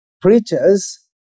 preachers